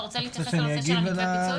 אתה רוצה להתייחס לנושא של מתווה הפיצוי?